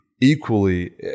equally